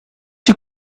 two